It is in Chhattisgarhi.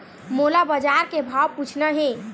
मोला बजार के भाव पूछना हे?